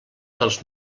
dels